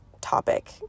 topic